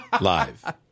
live